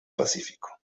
pacífico